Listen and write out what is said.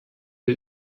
der